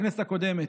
בכנסת הקודמת.